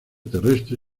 terrestre